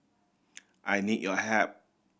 I need your help